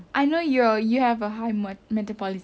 I know you you have a high metabolism